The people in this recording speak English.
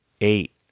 eight